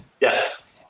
Yes